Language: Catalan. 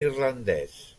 irlandès